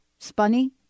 Spunny